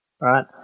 right